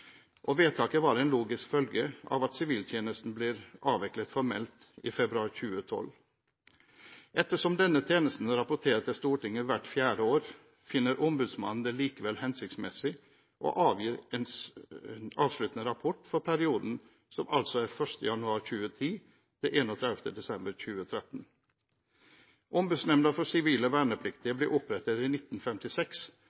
Vedtaket var en logisk følge av at siviltjenesten ble avviklet formelt i februar 2012. Ettersom denne tjenesten rapporterer til Stortinget hvert fjerde år, finner Ombudsmannen det likevel hensiktsmessig å avgi en avsluttende rapport for perioden, som altså er fra 1. januar 2010 til 31. desember 2013. Ombudsmannsnemnda for sivile vernepliktige